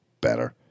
better